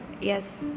yes